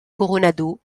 coronado